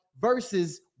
versus